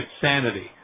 Sanity